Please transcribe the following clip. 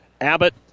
Abbott